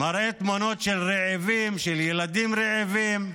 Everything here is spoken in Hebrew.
מראה תמונות של רעבים, של ילדים רעבים.